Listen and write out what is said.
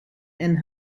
and